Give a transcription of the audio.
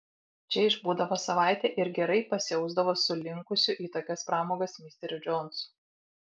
čia išbūdavo savaitę ir gerai pasiausdavo su linkusiu į tokias pramogas misteriu džonsu